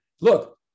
look